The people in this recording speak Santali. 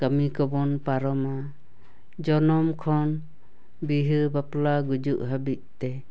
ᱠᱟᱹᱢᱤᱠᱚᱵᱚᱱ ᱯᱟᱨᱚᱢᱟ ᱡᱚᱱᱚᱢ ᱠᱷᱚᱱ ᱵᱤᱦᱟᱹ ᱵᱟᱯᱞᱟ ᱜᱩᱡᱩᱜ ᱦᱟᱹᱵᱤᱡᱽᱛᱮ